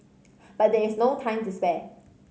but there is no time to spare